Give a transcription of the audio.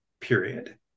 period